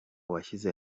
washyize